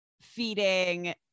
feeding